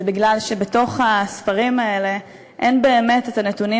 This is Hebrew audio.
זה מפני שבתוך הספרים האלה אין באמת הנתונים